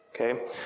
Okay